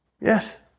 Yes